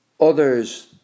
others